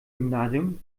gymnasium